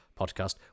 podcast